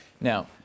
now